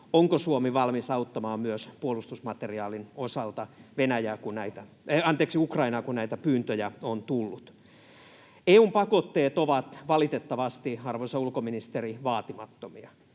myös puolustusmateriaalin osalta Ukrainaa, kun näitä pyyntöjä on tullut? EU:n pakotteet ovat valitettavasti, arvoisa ulkoministeri, vaatimattomia.